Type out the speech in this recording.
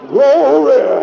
Glory